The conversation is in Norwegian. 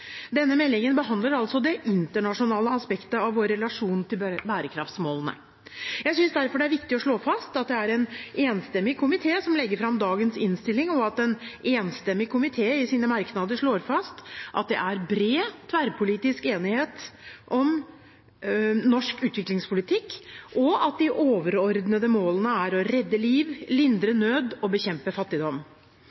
Denne meldingen behandler altså det internasjonale aspektet av vår relasjon til bærekraftsmålene. Jeg synes derfor det er viktig å slå fast at det er en enstemmig komité som legger fram dagens innstilling, og at en enstemmig komité i sine merknader slår fast at «det er bred tverrpolitisk enighet om norsk utviklingspolitikk» og at «de overordnede målene for bistanden er og forblir å redde liv, lindre